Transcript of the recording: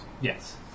Yes